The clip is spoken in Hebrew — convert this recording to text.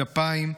גפיים,